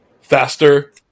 faster